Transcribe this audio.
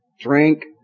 drink